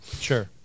Sure